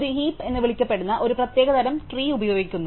ഒരു ഹീപ് എന്ന് വിളിക്കപ്പെടുന്ന ഒരു പ്രത്യേക തരം ട്രീ ഉപയോഗിക്കുന്നു